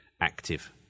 active